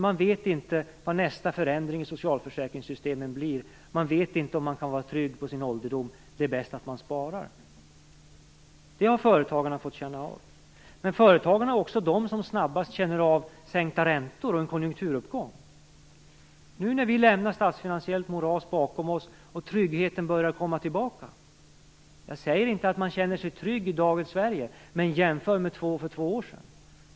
Man vet inte vad nästa förändring i socialförsäkringssystemen blir, man vet inte om man kan vara trygg på sin ålderdom. Det är bäst att man sparar. Det har företagarna fått känna av. Men företagarna är också de som snabbast känner av sänkta räntor och en konjunkturuppgång. Nu när vi lämnar ett statsfinansiellt moras bakom oss börjar tryggheten komma tillbaka. Jag säger inte att man känner sig trygg i dagens Sverige, men jämför med för två år sedan!